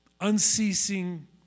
unceasing